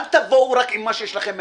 אל תבואו רק עם מה שיש לכם מהבית.